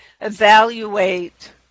evaluate